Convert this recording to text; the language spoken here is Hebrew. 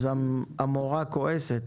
אז המורה כועסת,